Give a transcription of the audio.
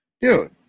dude